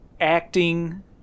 acting